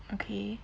okay